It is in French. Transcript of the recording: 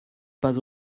pas